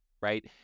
right